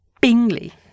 Bingley